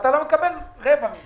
ואתה לא מקבל רבע מזה.